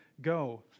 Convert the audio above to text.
go